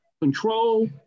control